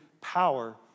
power